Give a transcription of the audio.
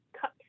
cut